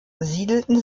siedelten